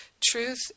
Truth